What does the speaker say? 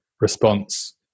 response